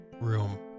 room